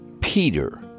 Peter